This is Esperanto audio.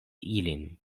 ilin